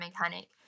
mechanic